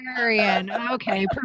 Okay